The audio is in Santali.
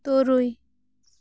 ᱛᱩᱨᱩᱭ